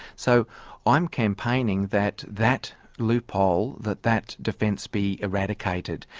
so i'm campaigning that that loophole, that that defence be eradicated.